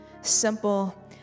simple